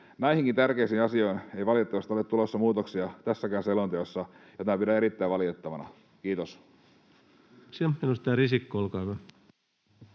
Näihinkin tärkeisiin asioihin ei valitettavasti ole tulossa muutoksia tässäkään selonteossa, ja tätä pidän erittäin valitettavana. — Kiitos.